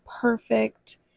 perfect